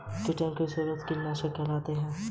कीट के शत्रु तत्व कीटनाशक कहलाते हैं